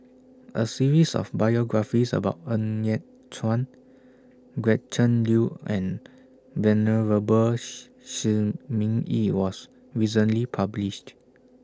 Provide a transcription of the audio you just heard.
A series of biographies about Ng Yat Chuan Gretchen Liu and Venerable Shi Shi Ming Yi was recently published